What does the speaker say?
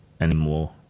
anymore